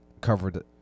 covered